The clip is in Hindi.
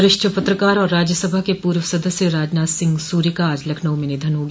वरिष्ठ पत्रकार और राज्यसभा के पूर्व सदस्य राजनाथ सिंह सूय का आज लखनऊ में निधन हो गया